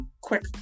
quick